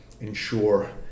ensure